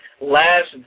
last